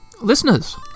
listeners